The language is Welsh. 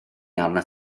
arnat